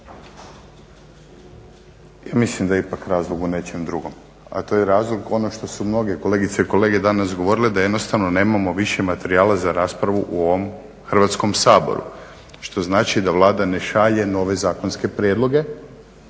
… Mislim da je ipak razlog u nečem drugom, a to je razlog ono što su mnoge kolegice i kolege danas govorili, da jednostavno nemamo više materijala za raspravu u ovom Hrvatskom saboru što znači da Vlada ne šalje nove zakonske prijedloge